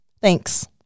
Thanks